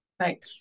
Right